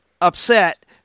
upset